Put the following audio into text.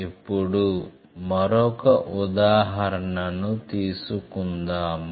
ఇప్పుడు మరొక ఉదాహరణను తీసుకుందాము